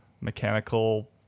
mechanical